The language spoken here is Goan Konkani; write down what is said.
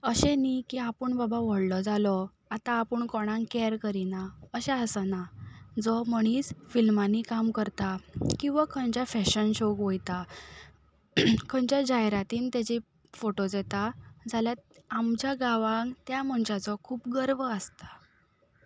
अशें न्ही की आपूण बाबा व्हडलो जालो आतां आपूण कोणाक कॅर करिना अशें आसना जो मनीस फिल्मांनी काम करता किंवां खंयच्या फॅशन शोक वयता खंयच्या जायरातीन तेजी फोटो जाता जाल्या आमच्या गांवान त्या मनशाचो खूब गर्व आसता